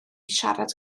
siarad